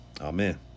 Amen